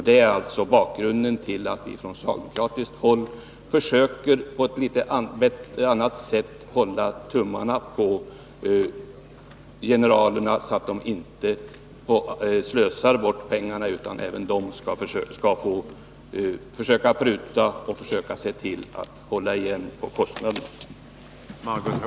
Det är bakgrunden till att vi från socialdemokratiskt håll på ett annat sätt försöker hålla tummarna på generalerna så att de inte slösar bort pengarna. Även de skall försöka pruta för att hålla igen på kostnaderna.